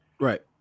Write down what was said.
Right